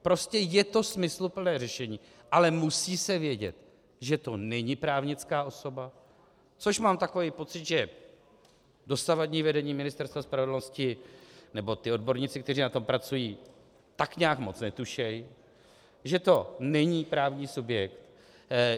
Prostě je to smysluplné řešení, ale musí se vědět, že to není právnická osoba, což mám takový pocit, že dosavadní vedení Ministerstva spravedlnosti nebo odborníci, kteří na tom pracují, tak nějak netuší, že to není právní subjekt.